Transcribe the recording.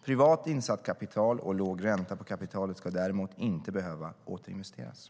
Privat insatt kapital och låg ränta på kapitalet ska däremot inte behöva återinvesteras.